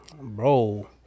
bro